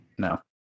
no